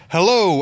Hello